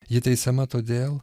ji teisiama todėl